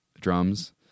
drums